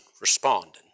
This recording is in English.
responding